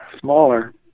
smaller